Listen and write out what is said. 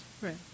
Right